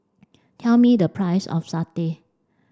tell me the price of Satay